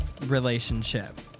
relationship